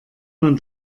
man